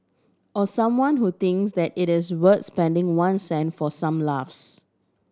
or someone who thinks that it is worth spending one cent for some laughs